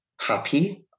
happy